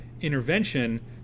intervention